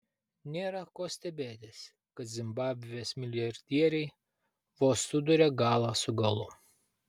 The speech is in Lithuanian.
nėra ko stebėtis kad zimbabvės milijardieriai vos suduria galą su galu